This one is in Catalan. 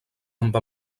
amb